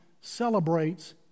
celebrates